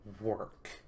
work